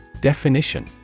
Definition